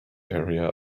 area